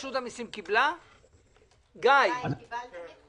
גיא, קיבלתם?